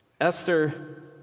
Esther